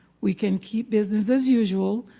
we can keep business as usual,